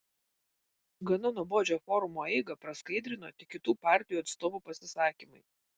gana nuobodžią forumo eigą praskaidrino tik kitų partijų atstovų pasisakymai